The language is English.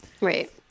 right